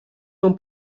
non